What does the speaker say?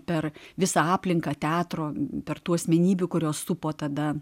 per visą aplinką teatro tarp tų asmenybių kurios supo tada